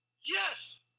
Yes